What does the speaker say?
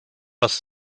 was